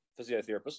physiotherapist